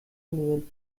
miguel